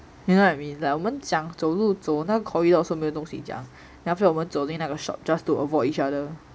you know what I mean it's like 我们讲走路走到 corridor 的时候没有东西讲 then after that 我们走进那个 shop just to avoid each other